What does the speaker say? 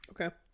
okay